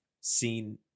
seen